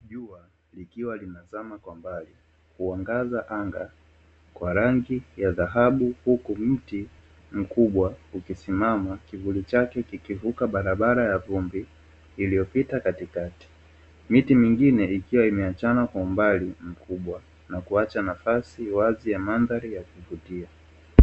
Jua likiwa linazama kwa mbali, huangaza anga kwa rangi ya dhahabu huku mti mkubwa, ukisimama kivuli chake kikivuka barabara ya vumbi iliyopita katikati. Miti mingine ikiwa imeachana kwa umbali mkubwa, na kuacha nafasi wazi ya mandhari ya kuvutia.